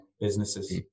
businesses